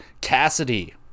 Cassidy